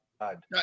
God